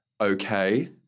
okay